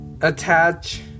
attach